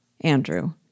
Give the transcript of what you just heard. Andrew